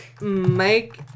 Mike